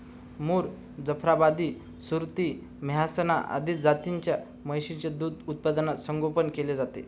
मुर, जाफराबादी, सुरती, मेहसाणा आदी जातींच्या म्हशींचे दूध उत्पादनात संगोपन केले जाते